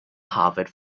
harvard